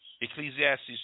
Ecclesiastes